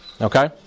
Okay